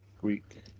Greek